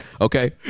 Okay